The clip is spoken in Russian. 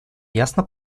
ясно